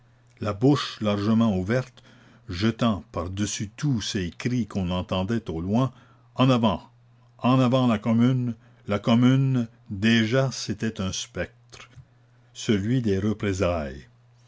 la bouche largement ouverte jetant par dessus tout ces cris qu'on entendait au loin en avant en avant la commune la commune déjà c'était un spectre celui des représailles